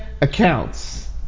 accounts